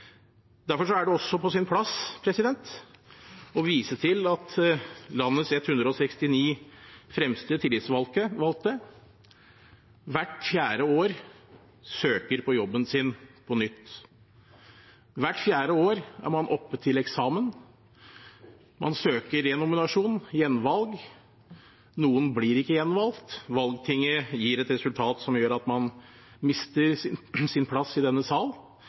Derfor er det også på sin plass å vise til at landets 169 fremste tillitsvalgte hvert fjerde år søker på jobben sin på nytt. Hvert fjerde år er man oppe til eksamen. Man søker renominasjon, gjenvalg. Noen blir ikke gjenvalgt, valgtinget gir et resultat som gjør at man mister sin plass i denne sal,